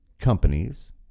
companies